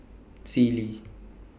Sealy